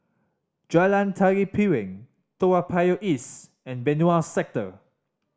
Jalan Tari Piring Toa Payoh East and Benoi Sector